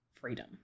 freedom